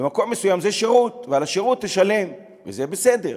במקום מסוים, זה שירות, ועל שירות תשלם, זה בסדר.